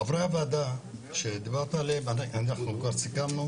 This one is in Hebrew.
חברי הוועדה שדיברת עליהם, אנחנו כבר סיכמנו